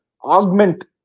augment